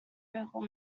google